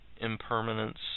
impermanence